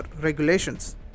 regulations